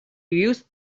used